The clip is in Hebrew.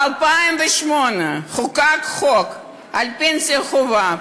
ב-2008 חוקק חוק פנסיה חובה,